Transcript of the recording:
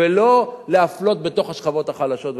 ולא להפלות בתוך השכבות החלשות.